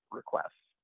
requests